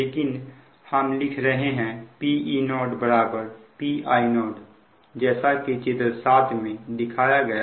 लेकिन हम लिख रहे हैं Pe0 Pi0 जैसा कि चित्र 7 में दिखाया गया